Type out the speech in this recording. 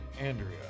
Andrea